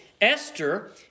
Esther